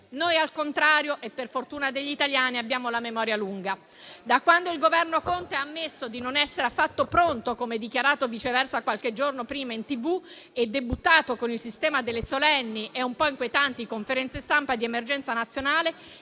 Noi, al contrario e per fortuna degli italiani, abbiamo la memoria lunga. Da quando il Governo Conte ha ammesso di non essere affatto pronto - come dichiarato viceversa qualche giorno prima in TV - e ha debuttato con il sistema delle solenni e un po' inquietanti conferenze stampa di emergenza nazionale,